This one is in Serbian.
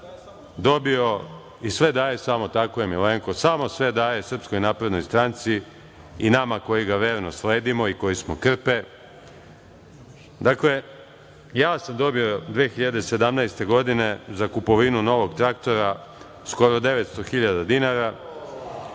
i sve daje, tako je, Milenko, samo sve daje SNS i nama koji ga verno sledimo i koji smo krpe, dakle, ja sam dobio 2017. godine za kupovinu novog traktora skoro 900.000 dinara.